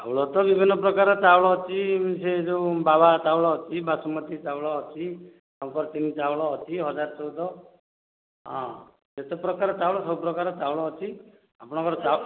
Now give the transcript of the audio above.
ଚାଉଳ ତ ବିଭିନ୍ନ ପ୍ରକାର ର ଚାଉଳ ଅଛି ସେ ଯଉ ବାବା ଚାଉଳ ଅଛି ବାସୁମତୀ ଚାଉଳ ଅଛି ଶଙ୍କରତିନ ଚାଉଳ ଅଛି ହଜାରେ ଚଉଦ ହଁ ଯେତେ ପ୍ରକାର ଚାଉଳ ସବୁ ପ୍ରକାର ଚାଉଳ ଅଛି ଆପଣଙ୍କର